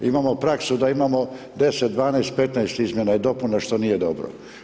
Imamo praksu da imamo 10, 12, 15 izmjena i dopuna, što nije dobro.